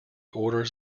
orders